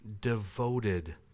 devoted